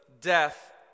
death